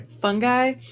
fungi